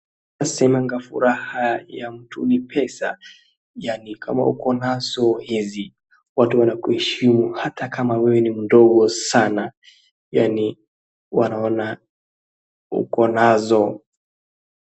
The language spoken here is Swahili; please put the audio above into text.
Nasemaga furaha ya mtu ni pesa. Yaani kama ukonazo hizi watu wanakuheshimu ata kama wewe ni mdogo sana, yaani wanaona ukonazo.